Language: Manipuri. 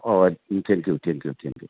ꯍꯣꯏ ꯍꯣꯏ ꯊꯦꯡꯌꯨ ꯊꯦꯡꯌꯨ ꯊꯦꯡꯌꯨ